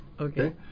Okay